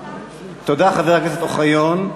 תודה, חבר הכנסת אוחיון.